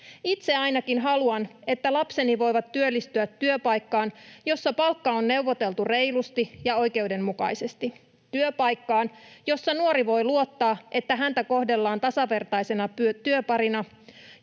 Itse ainakin haluan, että lapseni voivat työllistyä työpaikkaan, jossa palkka on neuvoteltu reilusti ja oikeudenmukaisesti, työpaikkaan, jossa nuori voi luottaa, että häntä kohdellaan tasavertaisena työparina.